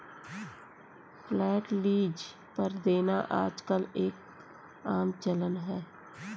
flat lease पर देना आजकल एक आम चलन है